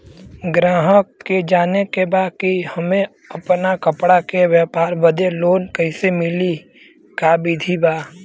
गराहक के जाने के बा कि हमे अपना कपड़ा के व्यापार बदे लोन कैसे मिली का विधि बा?